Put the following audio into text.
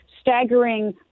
staggering